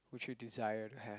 would you desire to have